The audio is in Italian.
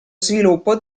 sviluppo